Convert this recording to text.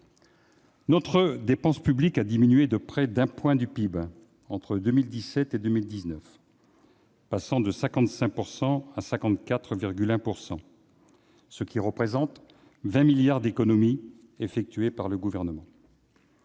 Notre dépense publique a diminué de près d'un point de PIB entre 2017 et 2019, passant de 55 % à 54,1 %, ce qui représente une économie de 20 milliards d'euros réalisée par le Gouvernement.